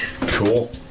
Cool